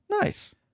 Nice